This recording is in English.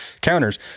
counters